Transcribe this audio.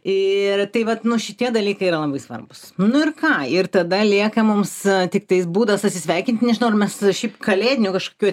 ir tai vat nu šitie dalykai yra labai svarbūs nu ir ką ir tada lieka mums tiktais būdas atsisveikint nežinau ar mes šiaip kalėdinių kažkokių